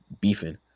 beefing